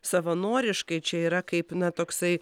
savanoriškai čia yra kaip na toksai